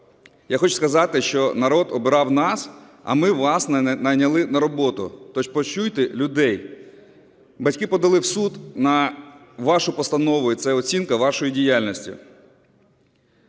Я хочу сказати, що народ обирав нас, а ми вас найняли на роботу, тож почуйте людей. Батьки подали в суд на вашу постанову, і це оцінка вашої діяльності.